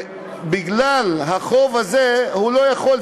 שבגלל החוב הזה הוא לא יכול,